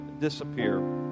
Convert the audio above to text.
disappear